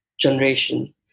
generation